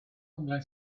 onglau